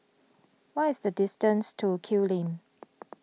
what is the distance to Kew Lane